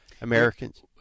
Americans